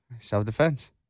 Self-defense